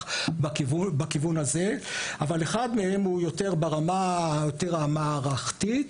בכיוון הזה; והשני הוא יותר ברמה המערכתית,